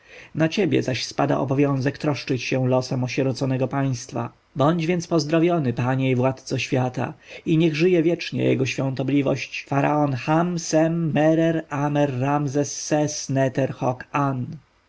na ciebie zaś spada obowiązek troszczyć się losem osieroconego państwa bądź więc pozdrowiony panie i władco świata i niech żyje wiecznie jego świątobliwość faraon cham-sam-merer-amen-rames-ses-neter-hog-an obecni z zapałem powtórzyli ten